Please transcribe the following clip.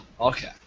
Okay